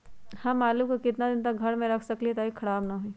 हम आलु को कितना दिन तक घर मे रख सकली ह ताकि खराब न होई?